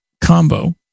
Combo